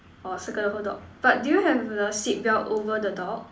orh circle the whole dog but do you have the seat belt over the dog